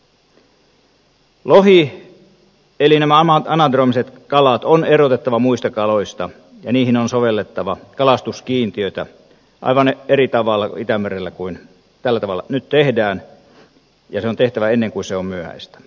lohi eli nämä anadromiset kalat on erotettava muista kaloista ja niihin on sovellettava kalastuskiintiöitä aivan eri tavalla itämerellä kuin tällä tavalla nyt tehdään ja se on tehtävä ennen kuin se on myöhäistä